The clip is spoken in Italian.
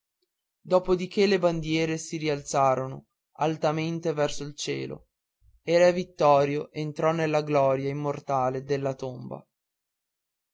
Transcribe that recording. che le bandiere si rialzarono alteramente verso il cielo e re vittorio entrò nella gloria immortale della tomba